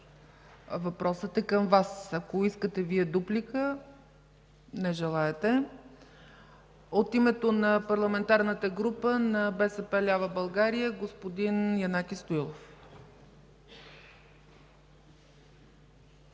Въпросът е към Вас. Ако Вие искате дуплика? Не желаете. От името на Парламентарната група на БСП лява България – господин Янаки Стоилов.